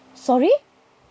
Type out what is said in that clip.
sorry